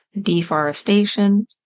deforestation